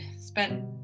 spent